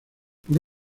por